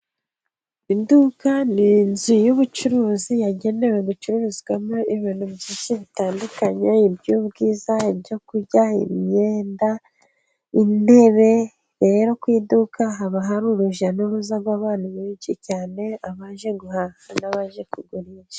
Iduka ni inzu y'ubucuruzi yagenewe gucururizwamo ibintu byinshi bitandukanye: iby'ubwiza ,ibyo kurya , imyenda, intebe . Rero ku iduka haba hari urujya n'uruza rw'abantu benshi cyane ,abaje guhaha n'abaje kugurisha.